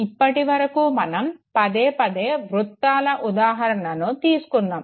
ఇప్పటి వరకు మనం పదేపదే వృత్తాల ఉదాహరణను తీసుకున్నాము